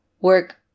work